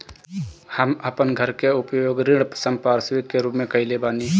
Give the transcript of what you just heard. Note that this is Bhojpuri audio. हम अपन घर के उपयोग ऋण संपार्श्विक के रूप में कईले बानी